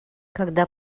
когда